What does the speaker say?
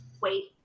Wait